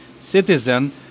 citizen